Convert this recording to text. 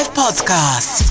podcast